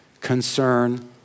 concern